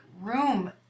room